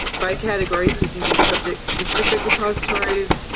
by category, so you can do subject specific repositories,